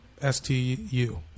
S-T-U